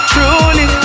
Truly